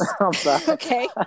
Okay